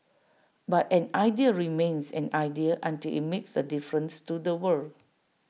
but an idea remains an idea until IT makes A difference to the world